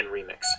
Remix